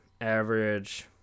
average